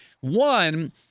One